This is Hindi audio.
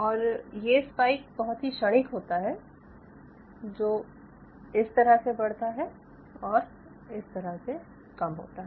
और ये स्पाइक बहुत ही क्षणिक होता है जो इस तरह से बढ़ता है और इस तरह से कम होता है